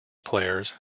players